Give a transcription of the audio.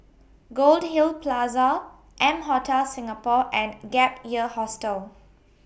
Goldhill Plaza M Hotel Singapore and Gap Year Hostel